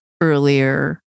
earlier